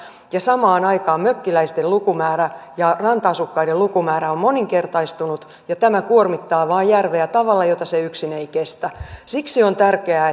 ja samaan aikaan mökkiläisten lukumäärä ja ranta asukkaiden lukumäärä on moninkertaistunut ja tämä vain kuormittaa järveä tavalla jota se yksin ei kestä siksi on tärkeää